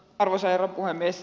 arvoisa herra puhemies